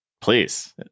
please